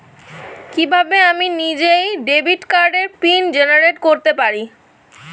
কিভাবে আমি নিজেই ডেবিট কার্ডের পিন জেনারেট করতে পারি?